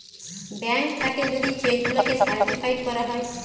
bank থাকে যদি check গুলাকে সার্টিফাইড করা যায়